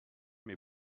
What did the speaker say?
mes